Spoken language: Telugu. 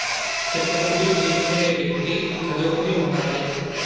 చెక్కుబుక్కులు తీసుకునే వ్యక్తి చదువుకుని ఉండాలి